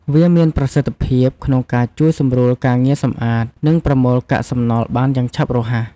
វាមានប្រសិទ្ធភាព ក្នុងការជួយសម្រួលការងារសម្អាត និងប្រមូលកាកសំណល់បានយ៉ាងឆាប់រហ័ស។